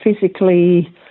physically